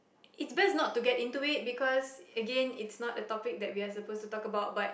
it's best not to get into it because again it's not a topic that we are supposed to talk about but